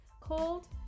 called